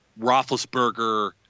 Roethlisberger